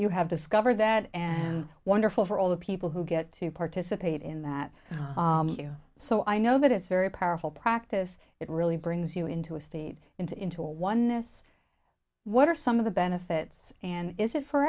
you have discovered that and wonderful for all the people who get to participate in that so i know that it's very powerful practice it really brings you into a state into a oneness what are some of the benefits and is it for